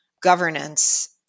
governance